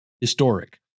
historic